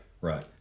Right